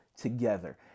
together